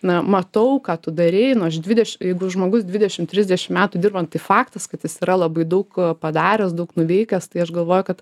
na matau ką tu darei nu aš dvideš jeigu žmogus dvidešim trisdešim metų dirba nu tai faktas kad jis yra labai daug padaręs daug nuveikęs tai aš galvoju kad